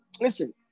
listen